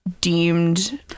deemed